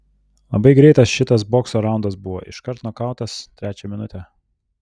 labai greitas šitas bokso raundas buvo iškart nokautas trečią minutę